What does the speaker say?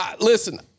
listen